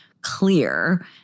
clear